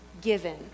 given